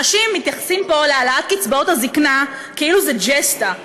אנשים מתייחסים פה להעלאת קצבאות הזקנה כאילו זו ג'סטה,